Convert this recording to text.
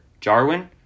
Jarwin